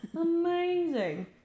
amazing